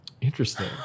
Interesting